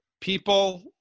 People